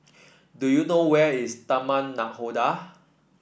do you know where is Taman Nakhoda